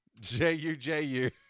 J-U-J-U